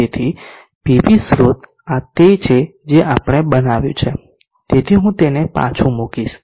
તેથી પીવી સ્રોત આ તે છે જે આપણે બનાવ્યું છે તેથી હું તેને પાછું મૂકીશ